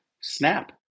snap